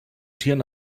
tieren